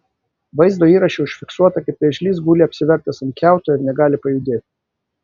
vaizdo įraše užfiksuota kaip vėžlys guli apsivertęs ant kiauto ir negali pajudėti